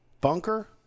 bunker